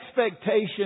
expectation